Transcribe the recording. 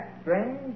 strange